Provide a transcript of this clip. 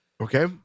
okay